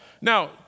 Now